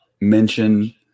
mention